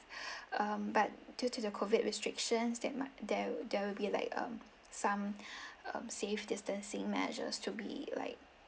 um but due to the COVID restrictions that might there there will be like um some um safe distancing measures to be like